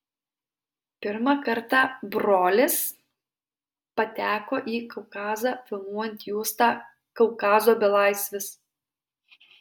pirmą kartą brolis pateko į kaukazą filmuojant juostą kaukazo belaisvis